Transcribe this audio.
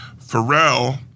Pharrell